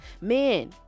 Men